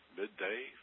midday